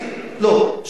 לא,